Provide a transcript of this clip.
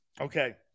Okay